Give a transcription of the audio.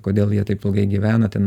kodėl jie taip ilgai gyvena ten